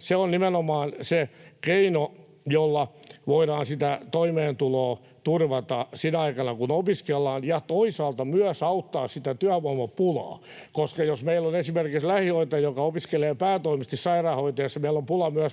se on nimenomaan se keino, jolla voidaan toimeentuloa turvata sinä aikana, kun opiskellaan, ja toisaalta myös auttaa sitä työvoimapulaa. Koska jos meillä on esimerkiksi lähihoitaja, joka opiskelee päätoimisesti sairaanhoitajaksi, ja meillä on pulaa myös lähihoitajista,